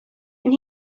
and